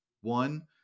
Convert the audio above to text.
one